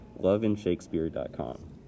loveinshakespeare.com